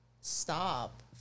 stop